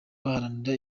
baharanira